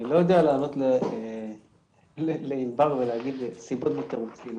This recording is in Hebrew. אני לא יודע לענות לענבל ולהגיד סיבות ותירוצים.